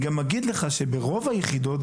אומר גם שברוב ביחידות,